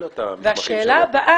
השאלה הבאה היא הדרך.